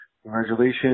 Congratulations